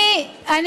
את יודעת למה,